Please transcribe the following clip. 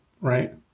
right